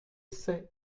sait